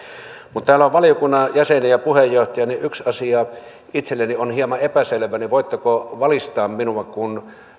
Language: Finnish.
täällä on valiokunnan jäseniä ja puheenjohtaja ja yksi asia on itselleni hieman epäselvä niin voitteko valistaa minua kun